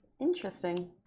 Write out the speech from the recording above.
interesting